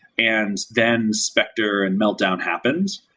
and then specter and meltdown happens,